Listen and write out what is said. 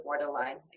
borderline